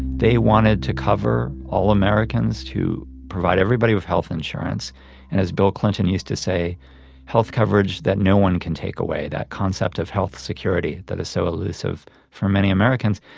they wanted to cover all americans, to provide everybody with health insurance, and as bill clinton used to say health coverage that no-one can take away, that concept of health security that is so elusive for many americans.